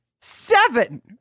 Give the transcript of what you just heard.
Seven